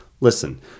Listen